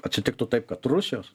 atsitiktų taip kad rusijos